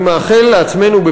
אני מאחל לעצמנו,